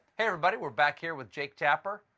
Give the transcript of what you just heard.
everybody. we're back here with jake tapper,